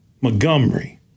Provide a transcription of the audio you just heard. Montgomery